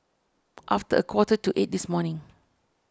after a quarter to eight this morning